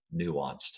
nuanced